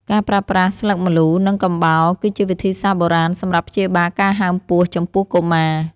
ការប្រើប្រាស់ស្លឹកម្លូ និងកំបោរ គឺជាវិធីសាស្ត្របុរាណសម្រាប់ព្យាបាលការហើមពោះចំពោះកុមារ។